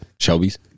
Shelby's